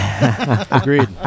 Agreed